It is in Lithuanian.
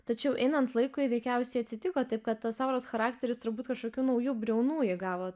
tačiau einant laikui veikiausiai atsitiko taip kad tas auros charakteris turbūt kažkokių naujų briaunų įgavo